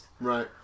Right